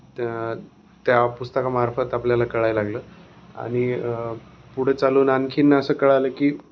त्या त्या पुस्तकामार्फत आपल्याला कळायला लागलं आणि पुढे चालून आणखीन असं कळलं की